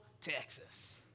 Texas